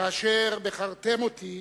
כאשר בחרתם אותי